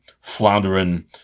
floundering